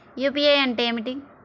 UPI అంటే ఏమిటి?